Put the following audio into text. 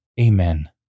Amen